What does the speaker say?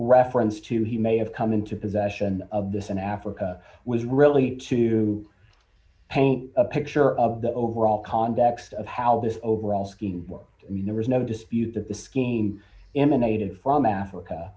reference to he may have come into possession of this in africa was really to paint a picture of the overall context of how this overall scheme i mean there was no dispute that the scheme him a native from africa